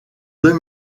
deux